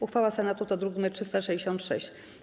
Uchwała Senatu to druk nr 366.